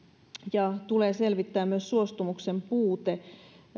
tulee selvittää myös suostumuksen puute